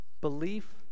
Belief